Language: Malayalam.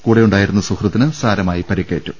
കൂടെയുണ്ടായിരുന്ന സുഹൃത്തിന് സാരമായി പരിക്കേറ്റു